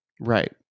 Right